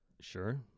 Sure